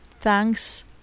thanks